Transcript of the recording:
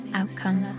outcome